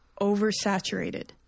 oversaturated